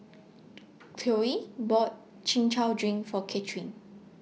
Chloie bought Chin Chow Drink For Kathryne